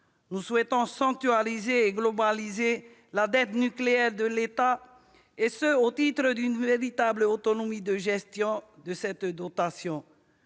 Nous souhaitons sanctuariser et globaliser la dette nucléaire de l'État, et ce au titre d'une véritable autonomie de gestion de cette dotation.